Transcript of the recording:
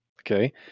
Okay